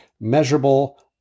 measurable